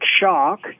shock